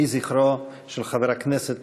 יהי זכרו של חבר הכנסת